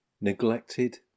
neglected